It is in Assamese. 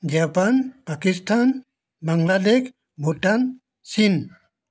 জাপান পাকিস্তান বাংলাদেশ ভূটান চীন